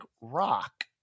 rock